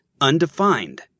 undefined